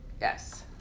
Yes